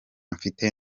mfite